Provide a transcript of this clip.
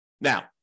Now